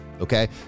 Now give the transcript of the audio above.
okay